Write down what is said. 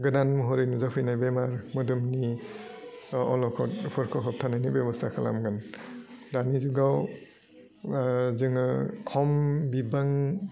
गोदान महरै नुजाफैनाय बेमार मोदोमनि अल'खद बेफोरखौ होबथानायनि बेब'स्थाखौ खालामगोन दानि जुगाव जोङो खम बिबां